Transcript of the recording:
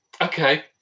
okay